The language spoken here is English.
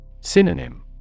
Synonym